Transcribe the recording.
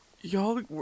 y'all